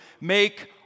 make